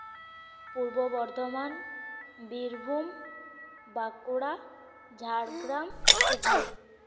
Purba Bardhaman Birbhum Bankura Jhargram Hooghly